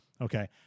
Okay